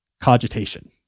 cogitation